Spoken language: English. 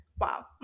Wow